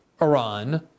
iran